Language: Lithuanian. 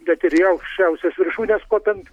bet ir į aukščiausias viršūnes kopiant